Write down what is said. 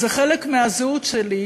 זה חלק מהזהות שלי,